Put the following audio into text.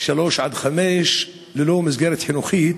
שלוש עד חמש ללא מסגרת חינוכית.